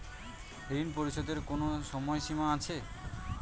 ঋণ পরিশোধের কোনো সময় সীমা আছে?